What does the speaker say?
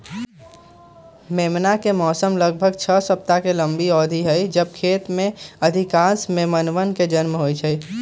मेमना के मौसम लगभग छह सप्ताह के लंबी अवधि हई जब खेत के अधिकांश मेमनवन के जन्म होबा हई